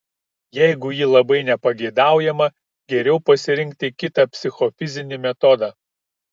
jeigu ji labai nepageidaujama geriau pasirinkti kitą psichofizinį metodą